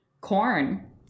corn